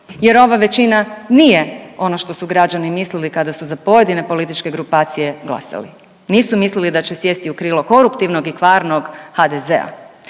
jer ova većina nije ono što su građani mislili kada su za pojedine političke grupacije glasali. Nisu mislili da će sjesti u krilo koruptivnog i kvarnog HDZ-a.